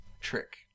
trick